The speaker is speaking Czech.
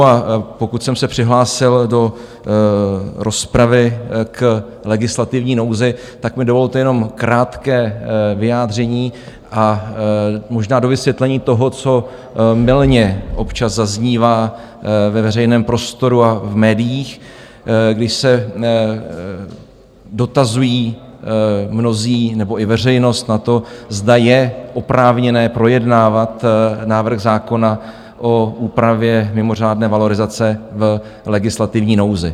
A pokud jsem se přihlásil do rozpravy k legislativní nouzi, tak mi dovolte jenom krátké vyjádření a možná dovysvětlení toho, co mylně občas zaznívá ve veřejném prostoru a v médiích, když se dotazují mnozí nebo i veřejnost na to, zda je oprávněné projednávat návrh zákona o úpravě mimořádné valorizace v legislativní nouzi.